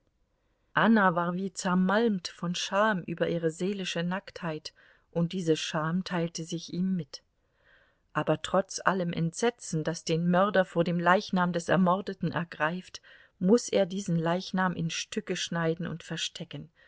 anna war wie zermalmt von scham über ihre seelische nacktheit und diese scham teilte sich ihm mit aber trotz allem entsetzen das den mörder vor dem leichnam des ermordeten ergreift muß er diesen leichnam in stücke schneiden und verstecken